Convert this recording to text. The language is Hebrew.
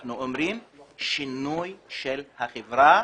אנחנו אומרים שינוי של החברה